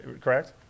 correct